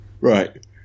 Right